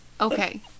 Okay